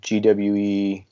GWE